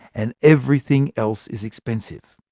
and everything else is expensive.